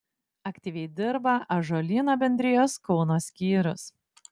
aktyviai dirba ąžuolyno bendrijos kauno skyrius